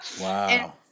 Wow